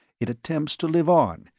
it attempts to live on,